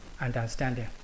understanding